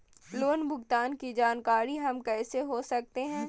Loan भुगतान की जानकारी हम कैसे हो सकते हैं?